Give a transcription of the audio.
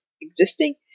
existing